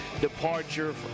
departure